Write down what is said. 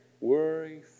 Worry